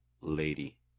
lady